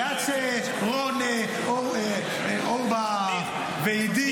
לא ----- ועד שרון, אורבך ועידית.